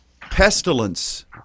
pestilence